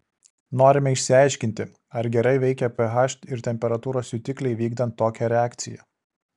norime išsiaiškinti ar gerai veikia ph ir temperatūros jutikliai vykdant tokią reakciją